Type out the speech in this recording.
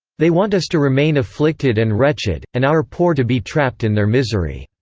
they want us to remain afflicted and wretched, and our poor to be trapped in their misery.